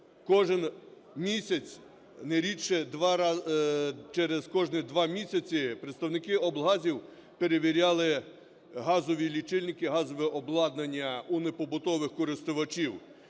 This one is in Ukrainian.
кожен місяць, не рідше, через кожних два місяці, представники облгазів перевіряли газові лічильники, газове обладнання у непобутових користувачів,